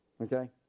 okay